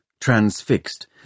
transfixed